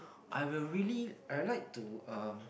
I will really I like to (um)>